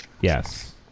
Yes